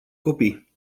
copii